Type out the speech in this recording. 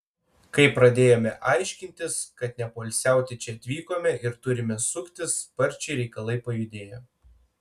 kai pradėjome aiškintis kad nepoilsiauti čia atvykome ir turime suktis sparčiai reikalai pajudėjo